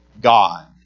God